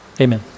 Amen